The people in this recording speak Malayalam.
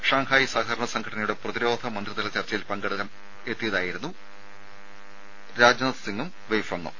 ഷാങ്ഹായ് സഹകരണ സംഘടനയുടെ പ്രതിരോധ മന്ത്രിതല ചർച്ചയിൽ പങ്കെടുക്കാനെത്തിയതായിരുന്നു രാജ്നാഥ് സിംഗും വെയ്ഫങും